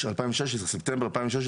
ספטמבר 2016,